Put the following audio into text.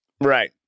Right